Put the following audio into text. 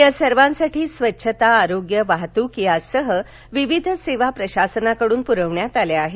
या सर्वांसाठी स्वच्छता आरोग्य वाहतूक यासह विविध सेवा प्रशासनाकडून पुरवण्यात आल्या आहेत